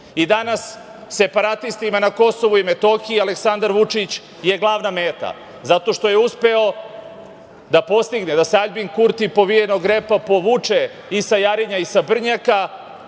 I danas separatistima na KiM Aleksandar Vučić je glavna meta, zato što je uspeo da postigne da se Aljbin Kurti povijenog repa povuče i sa Jarinja i sa Brnjaka